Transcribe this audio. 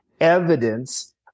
evidence